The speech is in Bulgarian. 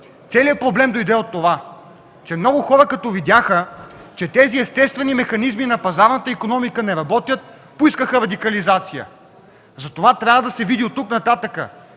Целият проблем дойде от това, че много хора като видяха, че тези естествени механизми на пазарната икономика не работят, поискаха радикализация. Затова трябва да се види оттук нататък,